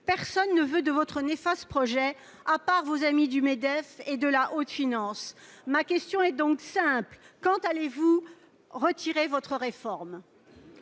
personne ne veut de votre néfaste projet, à part vos amis du Medef et de la haute finance. Ma question est simple : quand allez-vous retirer votre réforme ?